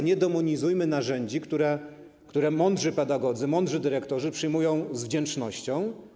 Nie demonizujmy narzędzi, które mądrzy pedagodzy, mądrzy dyrektorzy przyjmują z wdzięcznością.